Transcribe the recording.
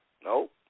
No